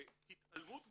והתעלמות גמורה.